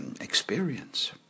experience